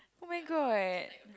oh-my-god